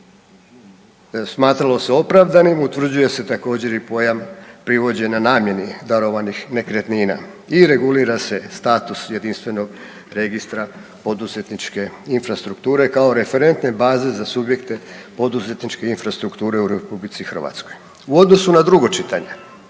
smatralo se opravdani utvrđuje se također, i pojam privođenja namjeni darovanih nekretnina i regulira se status Jedinstvenog registra poduzetničke infrastrukture kao referentne baze za subjekte poduzetničke infrastrukture u RH. U odnosu na drugo čitanje,